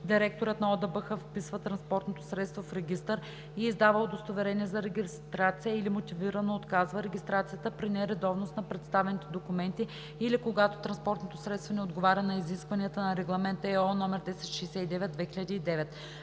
директорът на ОДБХ вписва транспортното средство в регистър и издава удостоверение за регистрация или мотивирано отказва регистрацията при нередовност на представените документи или когато транспортното средство не отговаря на изискванията на Регламент (ЕО) № 1069/2009.